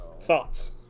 Thoughts